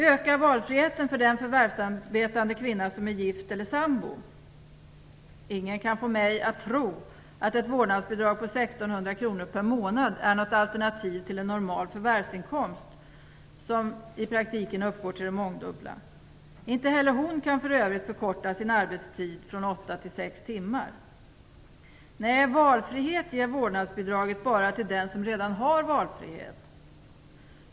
Ökar valfriheten för den förvärvsarbetande kvinna som är gift eller sambo? Ingen kan få mig att tro att ett vårdnadsbidrag på 1 600 kr per månad är något alternativ till en normal förvärvsinkomst som i praktiken uppgår till det mångdubbla. Inte heller hon kan för övrigt förkorta sin arbetstid från åtta till sex timmar. Nej, valfrihet ger vårdnadsbidraget bara den som redan har valfrihet.